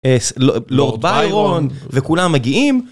לורד ביירון וכולם מגיעים.